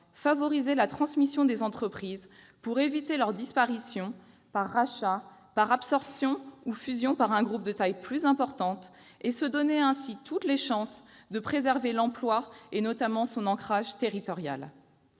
favoriser la transmission des entreprises afin d'éviter leur disparition par rachat, par absorption ou par fusion avec un groupe de taille plus importante et de se donner ainsi toutes les chances de préserver l'emploi et, notamment, son ancrage territorial.